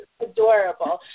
adorable